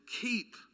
keep